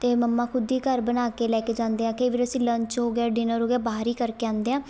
ਅਤੇ ਮੰਮਾ ਖੁਦ ਹੀ ਘਰ ਬਣਾ ਕੇ ਲੈ ਕੇ ਜਾਂਦੇ ਆ ਕਈ ਵਾਰ ਅਸੀਂ ਲੰਚ ਹੋ ਗਿਆ ਡਿਨਰ ਹੋ ਗਿਆ ਬਾਹਰ ਹੀ ਕਰਕੇ ਆਉਂਦੇ ਹਾਂ